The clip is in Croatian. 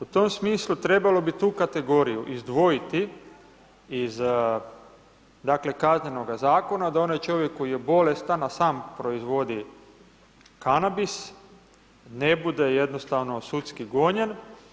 U tom smislu trebalo bi tu kategoriju izdvojiti iz dakle Kaznenoga zakona da onaj čovjek koji je bolestan a sam proizvodi kanabis ne bude jednostavno sudski gonjen.